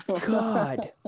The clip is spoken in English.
god